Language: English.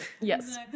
yes